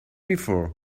before